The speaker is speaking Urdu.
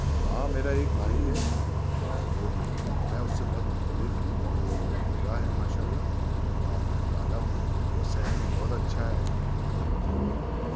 ہاں میرا ایک بھائی ہے اور وہ میں اس سے بہت مختلف ہوں وہ گورا ہے ماشاء اللہ اور میں کالا ہوں وہ صحت میں بہت اچھا ہے میں کمزور ہوں